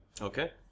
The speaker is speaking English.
Okay